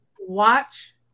watch